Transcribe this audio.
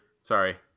sorry